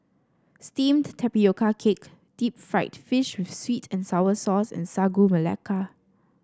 steamed Tapioca Cake Deep Fried Fish with sweet and sour sauce and Sagu Melaka